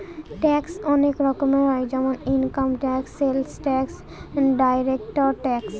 tax অনেক রকম হয় যেমন income tax, sales tax, direct tax